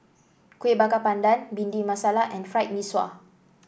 Kuih Bakar Pandan Bhindi Masala and Fried Mee Sua